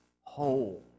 whole